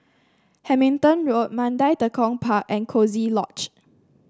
Hamilton Road Mandai Tekong Park and Coziee Lodge